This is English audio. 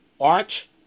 Arch